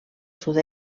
sud